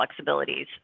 flexibilities